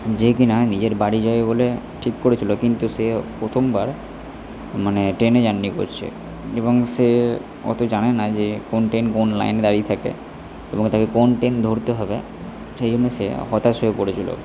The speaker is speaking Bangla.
যে কি না নিজের বাড়ি যাবে বলে ঠিক করেছিল কিন্তু সে প্রথমবার মানে ট্রেনে জার্নি করছে এবং সে অত জানে না যে কোন ট্রেন কোন লাইনে দাঁড়িয়ে থাকে এবং তাকে কোন ট্রেন ধরতে হবে সেই জন্য সে হতাশ হয়ে পড়েছিল